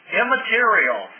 immaterial